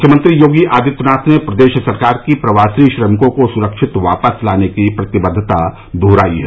मुख्यमंत्री योगी आदित्यनाथ ने प्रदेश सरकार की प्रवासी श्रमिकों को सुरक्षित वापस लाने की प्रतिबद्दता दोहरायी है